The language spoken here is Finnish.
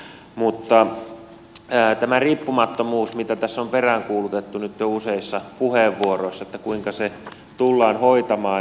mutta tästä riippumattomuudesta mitä tässä on peräänkuulutettu nyt jo useissa puheenvuoroissa että kuinka se tullaan hoitamaan